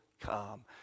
come